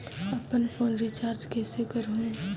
अपन phone recharge कइसे करहु?